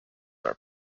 are